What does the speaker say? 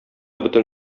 бөтен